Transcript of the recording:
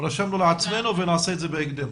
רשמנו זאת ונעשה בהקדם.